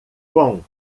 com